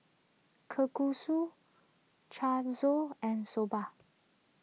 Kalguksu and Soba